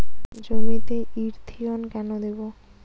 জমিতে ইরথিয়ন কেন দেবো?